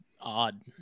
odd